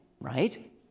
right